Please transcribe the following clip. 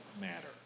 matter